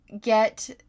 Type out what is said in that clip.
Get